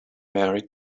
married